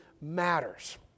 matters